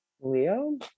Leo